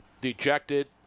Dejected